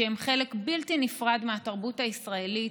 שהן חלק בלתי נפרד מהתרבות הישראלית,